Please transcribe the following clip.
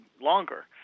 longer